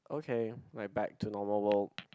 okay like back to normal world